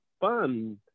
fun